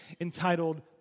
entitled